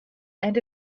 and